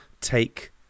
take